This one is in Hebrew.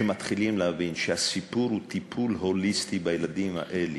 שמתחילים להבין שהסיפור הוא טיפול הוליסטי בילדים האלה.